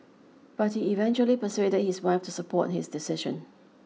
but he eventually persuaded his wife to support his decision